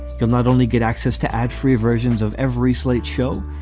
you'll not only get access to ad free versions of every slate show,